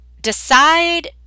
decide